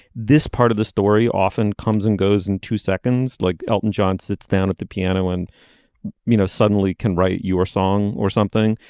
this part of the story often comes and goes in two seconds. like elton john sits down at the piano and you know suddenly can write your song or something.